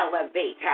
elevate